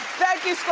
thank you,